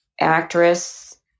actress